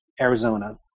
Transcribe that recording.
Arizona